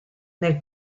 nel